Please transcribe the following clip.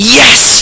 yes